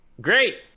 Great